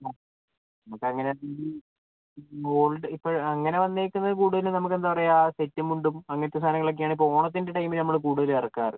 ആ നമുക്കങ്ങനെ ഗോൾഡ് ഇപ്പം അങ്ങനെ വന്നേക്കുന്നത് കൂടുതലും നമുക്ക് എന്താ പറയാ സെറ്റും മുണ്ടും അങ്ങനത്തെ സാധനങ്ങളൊക്കെയാണ് ഇപ്പം ഓണത്തിൻ്റെ ടൈമിൽ നമ്മൾ കൂടുതലും ഇറക്കാറ്